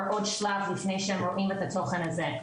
עוד שלב לפני שהם רואים את התוכן הזה,